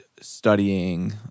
studying